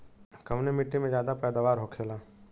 कवने मिट्टी में ज्यादा पैदावार होखेला?